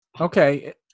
Okay